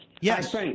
Yes